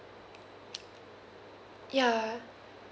yeah